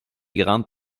grandes